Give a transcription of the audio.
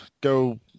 go